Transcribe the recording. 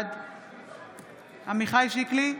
בעד עמיחי שיקלי,